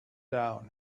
down